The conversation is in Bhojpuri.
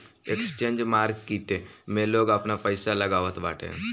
एक्सचेंज मार्किट में लोग आपन पईसा लगावत बाटे